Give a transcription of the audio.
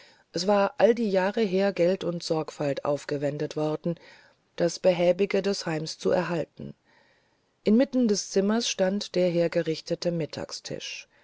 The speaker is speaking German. es war all die jahre her geld und sorgfalt aufgewendet worden das behäbige des heims zu erhalten inmitten des zimmers stand der hergerichtete mittagstisch